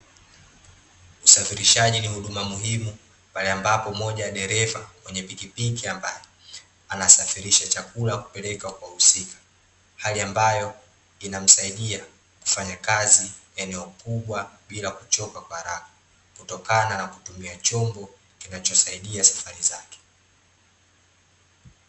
Usafirishaji ni huduma muhimu, pale ambapo mmoja dereva mwenye pikipiki ambaye, anasafirisha chakula kupeleka kwa wahusika, hali ambayo inamsaidia kufanya kazi eneo kubwa bila kuchoka kwa haraka, kutokana na kutumia chombo kinachosaidia safari zake.